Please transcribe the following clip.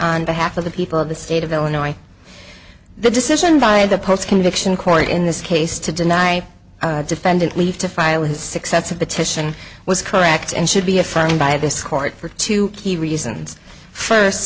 on behalf of the people of the state of illinois the decision by the post conviction court in this case to deny defendant leave to file his successor petition was correct and should be affirmed by this court for two key reasons first